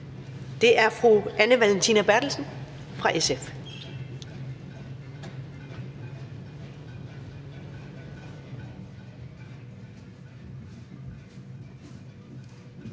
det er nu fru Anne Valentina Berthelsen fra SF.